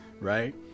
right